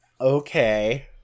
Okay